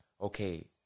okay